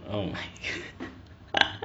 oh my